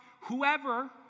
Whoever